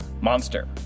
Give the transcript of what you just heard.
Monster